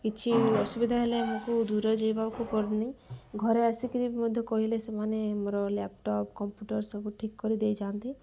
କିଛି ଅସୁବିଧା ହେଲେ ଆମକୁ ଦୂର ଯାଇବାକୁ ପଡ଼ୁନି ଘରେ ଆସିକିରି ମଧ୍ୟ କହିଲେ ସେମାନେ ମୋର ଲ୍ୟାପଟପ୍ କମ୍ପ୍ୟୁଟର ସବୁ ଠିକ କରିଦେଇ ଯାଆନ୍ତି